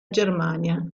germania